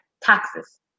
taxes